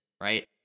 right